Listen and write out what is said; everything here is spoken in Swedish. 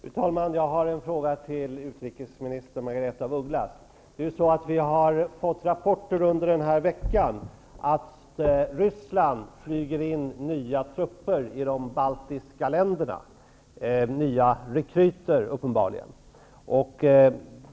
Fru talman! Jag har en fråga till utrikesminister Margaretha af Ugglas. Vi har fått rapporter under den här veckan om att Ryssland flyger in nya trupper i de baltiska länderna. Det är uppenbarligen nya rekryter.